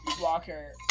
Walker